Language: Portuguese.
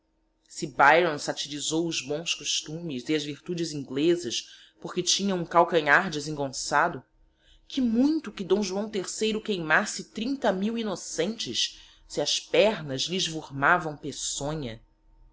byron satyrisou os bons costumes e as virtudes inglezas porque tinha um calcanhar desengonçado que muito que d joão iii queimasse trinta mil innocentes se as pernas lhe esvurmavam peçonha